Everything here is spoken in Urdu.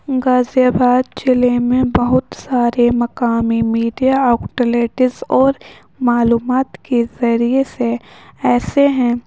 غازی آباد ضلع میں بہت سارے مقامی میڈیا آؤٹلیٹس اور معلومات کے ذریعے سے ایسے ہیں